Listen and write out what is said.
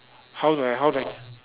how do I how do I